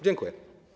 Dziękuję.